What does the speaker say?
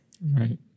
Right